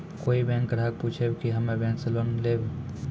कोई बैंक ग्राहक पुछेब की हम्मे बैंक से लोन लेबऽ?